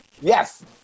Yes